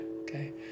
Okay